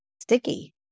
sticky